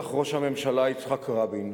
רצח ראש הממשלה יצחק רבין